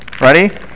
Ready